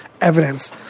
evidence